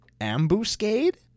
Ambuscade